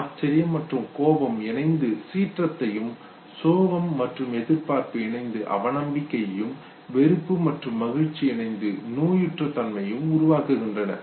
ஆச்சரியம் மற்றும் கோபம் இணைந்து சீற்றத்தையும் சோகம் மற்றும் எதிர்பார்ப்பு இணைந்து அவநம்பிக்கையையும் வெறுப்பு மற்றும் மகிழ்ச்சி இணைந்து நோயுற்ற தன்மையையும் உருவாக்குகின்றன